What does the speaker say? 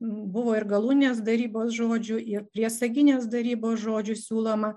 buvo ir galūnės darybos žodžių ir priesaginės darybos žodžių siūloma